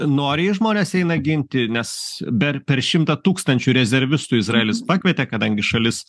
noriai žmonės eina ginti nes ber per šimtą tūkstančių rezervistų izraelis pakvietė kadangi šalis